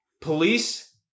Police